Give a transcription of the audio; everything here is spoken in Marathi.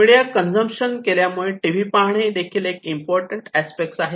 मीडिया कन्सुंप्शन केल्यामुळे टीव्ही पाहणे देखील एक इम्पॉर्टंट अस्पेक्ट आहे